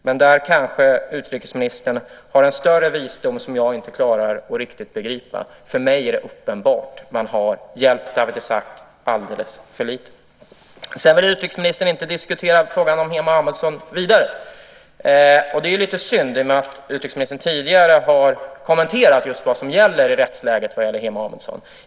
Men där kanske utrikesministern har större visdom, som jag inte riktigt klarar av att begripa. För mig är det uppenbart att man hjälpt Dawit Isaak alldeles för lite. Sedan vill utrikesministern inte ytterligare diskutera frågan om Hemo Amedsson. Det är lite synd eftersom utrikesministern tidigare kommenterat rättsläget i fråga om Hemo Amedsson.